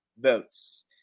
votes